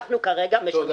אנחנו כרגע מופלים.